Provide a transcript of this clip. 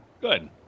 Good